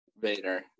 Vader